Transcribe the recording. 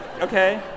Okay